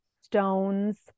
stones